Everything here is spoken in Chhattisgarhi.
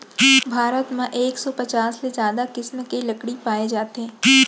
भारत म एक सौ पचास ले जादा किसम के लकड़ी पाए जाथे